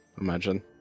imagine